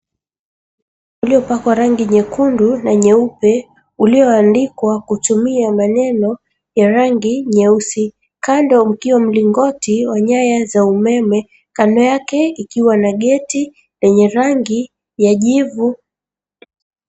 Nyumba uliopakwa rangi nyekundu na nyeupe, ulioandikwa kutumia maneno ya rangi nyeusi, kando mkiwa mlingoti wa nyaya za umeme, kando yake ikiwa na geti yenye rangi ya jivu.